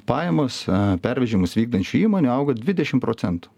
pajamos pervežimus vykdančių įmonių augo dvidešim procentų